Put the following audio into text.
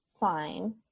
Fine